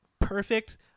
perfect